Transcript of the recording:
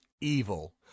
evil